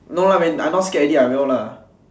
no lah mean I not scared already I will lah